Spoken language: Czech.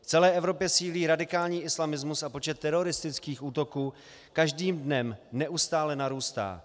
V celé Evropě sílí radikální islamismus a počet teroristických útoků každý dnem neustále narůstá.